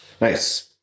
Nice